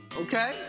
okay